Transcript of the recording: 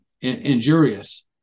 injurious